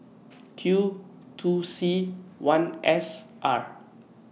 Q two C one S R